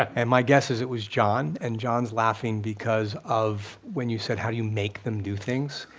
and my guess is it was john, and john's laughing because of when you said, how do you make them do things?